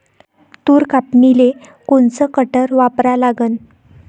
तूर कापनीले कोनचं कटर वापरा लागन?